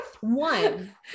one